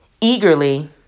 eagerly